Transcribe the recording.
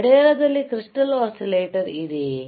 ಗಡಿಯಾರದಲ್ಲಿ crystal oscillator ಇದೆಯೇ